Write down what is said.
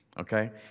Okay